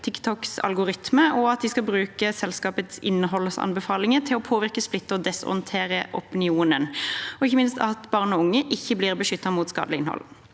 TikToks algoritmer, at de skal bruke selskapets innholdsanbefalinger til å påvirke, splitte og desorientere opinionen, og ikke minst at barn og unge ikke blir beskyttet mot skadelig innhold.